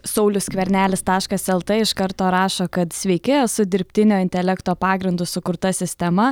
saulius skvernelis taškas lt iš karto rašo kad sveiki esu dirbtinio intelekto pagrindu sukurta sistema